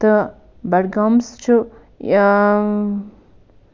تہٕ بَڈگامَس چھُ